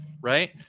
Right